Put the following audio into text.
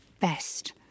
best